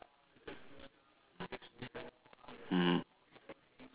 mmhmm